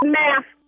math